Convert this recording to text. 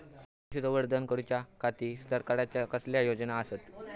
पशुसंवर्धन करूच्या खाती सरकारच्या कसल्या योजना आसत?